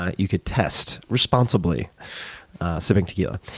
you could test responsibly sipping tequila.